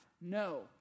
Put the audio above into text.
No